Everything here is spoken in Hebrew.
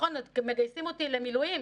מגייסים אותי למילואים,